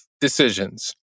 decisions